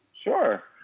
sure.